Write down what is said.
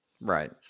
Right